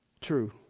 True